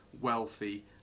wealthy